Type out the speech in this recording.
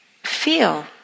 feel